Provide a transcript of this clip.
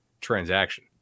transaction